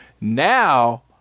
now